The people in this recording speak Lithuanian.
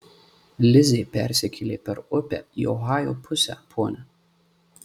lizė persikėlė per upę į ohajo pusę ponia